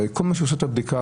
הרי כל מי שעושה את הבדיקה,